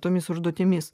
ne tomis užduotimis